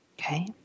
Okay